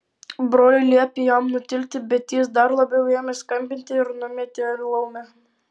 broliai liepė jam nutilti bet jis dar labiau ėmė skambinti ir numetė laumę